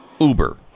Uber